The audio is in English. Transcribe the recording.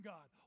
God